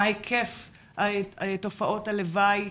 מה היקף תופעות הלוואי,